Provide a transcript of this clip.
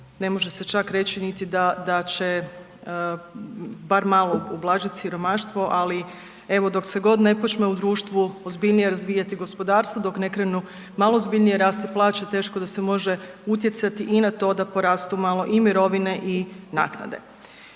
ne može se čak reći niti da će bar malo ublažiti siromaštvo, ali evo, dok se god ne počne u društvu ozbiljnije razvijati gospodarstvo, dok ne krenu malo ozbiljnije rasti plaće, teško da se može utjecati i na to da porastu malo i mirovine i naknade.